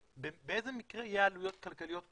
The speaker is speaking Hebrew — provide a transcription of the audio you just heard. באיזה מקרה תהיינה עלויות כלכליות כבדות?